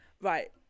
Right